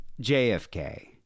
JFK